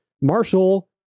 Marshall